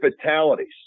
fatalities